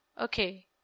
Okay